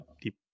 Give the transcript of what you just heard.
deep